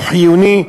הוא חיוני,